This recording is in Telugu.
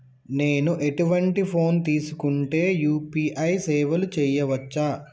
నేను ఎటువంటి ఫోన్ తీసుకుంటే యూ.పీ.ఐ సేవలు చేయవచ్చు?